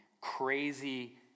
crazy